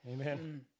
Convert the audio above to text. amen